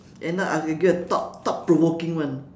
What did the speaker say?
end up I can give you a thought thought provoking one